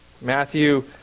Matthew